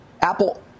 Apple